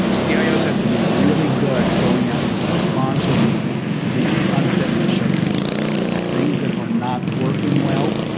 so cios have to be really good going out and sponsoring the sunset and shutdown programs, things that are not working well.